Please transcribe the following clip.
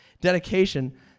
dedication